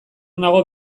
nago